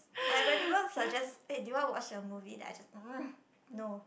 like when people suggests eh do you want to watch a movie then I just um no